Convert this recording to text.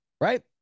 right